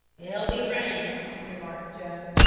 it'll be rain, remarked joe,